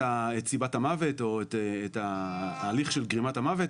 סיבת המוות או את ההליך של גרימת המוות.